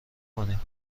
کنیم